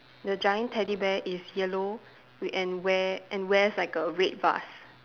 the giant teddy bear is yellow w~ and wear and wears like a red vest